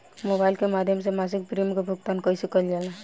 Mobile के माध्यम से मासिक प्रीमियम के भुगतान कैसे कइल जाला?